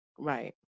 Right